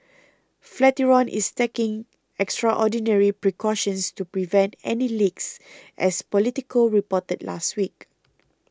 Flatiron is taking extraordinary precautions to prevent any leaks as Politico reported last week